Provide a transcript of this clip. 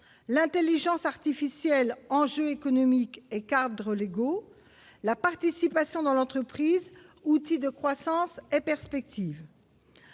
l'Intelligence artificielle, enjeu économique et cadres légaux, la participation dans l'entreprise, outil de croissance et perspectives